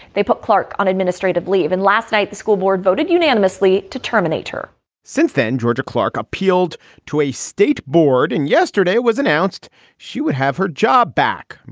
they put clark on administrative leave. and last night, the school board voted unanimously to terminate her since then, georgia clark appealed to a state board and yesterday was announced she would have her job back.